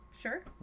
Sure